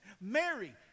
Mary